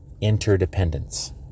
interdependence